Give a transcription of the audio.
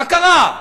מה קרה?